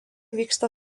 vyksta